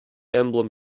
emblem